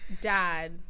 dad